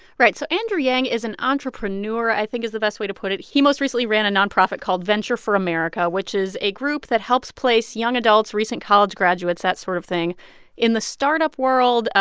right. so andrew yang is an entrepreneur, i think, is the best way to put it. he most recently ran a nonprofit called venture for america, which is a group that helps place young adults, recent college graduates, that sort of thing in the startup world,